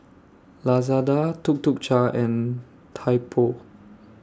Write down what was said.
Lazada Tuk Tuk Cha and Typo